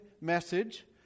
message